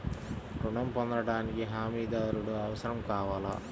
ఋణం పొందటానికి హమీదారుడు అవసరం కావాలా?